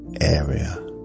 area